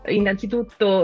innanzitutto